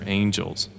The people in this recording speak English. angels